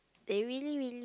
they really really